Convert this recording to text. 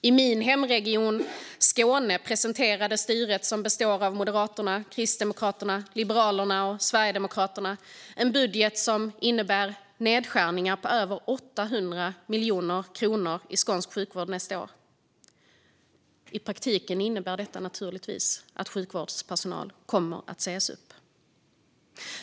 I min hemregion Skåne presenterade styret, som består av Moderaterna, Kristdemokraterna, Liberalerna och Sverigedemokraterna, en budget som innebär nedskärningar på över 800 miljoner kronor på skånsk sjukvård nästa år. I praktiken innebär detta givetvis att personal kommer att sägas upp.